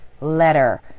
letter